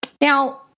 Now